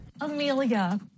Amelia